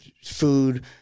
food